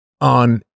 on